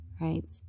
right